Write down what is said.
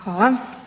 Hvala.